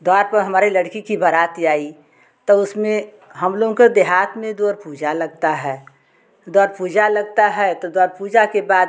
द्वार पर हमारे लड़की की बारात आई तो उसमें हम लोग के देहात में द्वार पूजा लगता है द्वार पूजा लगता है तो द्वार पूजा के बाद